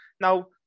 Now